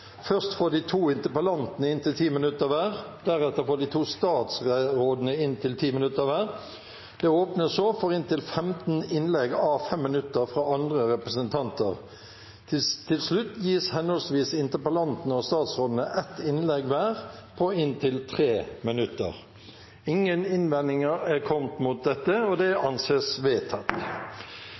Først får de to interpellantene inntil 10 minutter hver. Deretter får de to statsrådene inntil 10 minutter hver. Det åpnes så for inntil 15 innlegg à 5 minutter fra andre representanter. Til slutt gis henholdsvis interpellantene og statsrådene ett innlegg hver på inntil 3 minutter. – Ingen innvendinger er kommet mot dette, og det anses vedtatt.